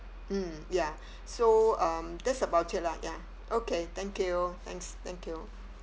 mm ya so um that's about it lah ya okay thank you thanks thank you